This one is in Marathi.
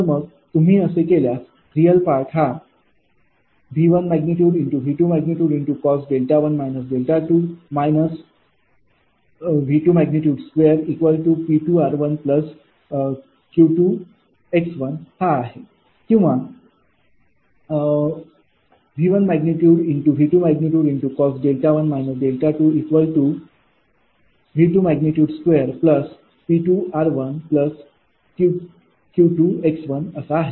तर मग तुम्ही असे केल्यास real part ।V1।।V2। cos δ1−δ2 −V22 𝑃 𝑟 𝑄𝑥 हा आहे किंवा or ।V1।।V2। cos δ1−δ2 V22 𝑃 𝑟 𝑄𝑥 असा आहे